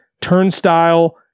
turnstile